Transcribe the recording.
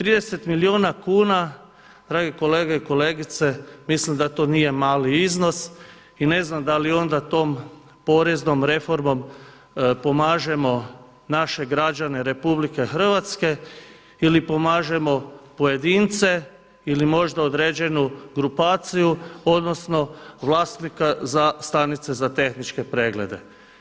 30 milijuna kuna, dragi kolege i kolegice, mislim da to nije mali iznos i ne znam da li onda tom poreznom reformom pomažemo naše građane Republike Hrvatske ili pomažemo pojedince ili možda određenu grupaciju odnosno vlasnika stanice za tehničke preglede.